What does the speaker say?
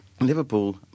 liverpool